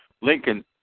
Lincoln